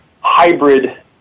hybrid